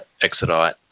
Exodite